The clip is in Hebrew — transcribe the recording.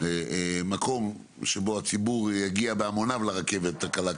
מקום שבו הציבור יגיע בהמוניו לרכבת הקלה,